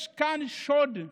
יש כאן שוד,